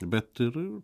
bet ir